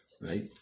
right